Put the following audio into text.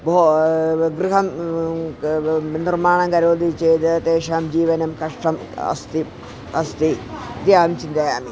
भो गृहं निर्माणं करोति चेद् तेषां जीवनं कष्टम् अस्ति अस्ति इति अहं चिन्तयामि